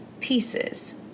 pieces